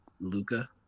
Luca